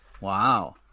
Wow